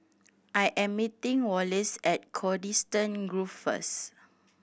I am meeting Wallace at Coniston Grove first